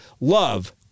love